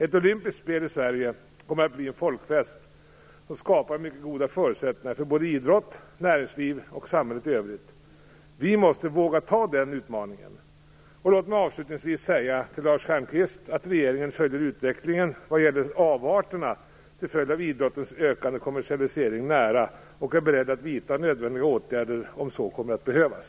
Ett olympiskt spel i Sverige kommer att bli en folkfest som skapar mycket goda förutsättningar för såväl idrott och näringsliv som för samhället i övrigt. Vi måste våga anta den utmaningen. Låt mig avslutningsvis säga till Lars Stjernkvist att regeringen följer utvecklingen vad gäller avarterna till följd av idrottens ökade kommersialisering nära och är beredd att vidta nödvändiga åtgärder om så kommer att behövas.